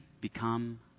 become